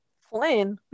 Flynn